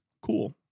cool